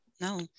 no